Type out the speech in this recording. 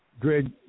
Greg